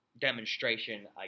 demonstration